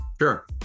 Sure